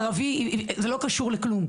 ערבי זה לא קשור לכלום.